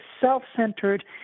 self-centered